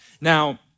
Now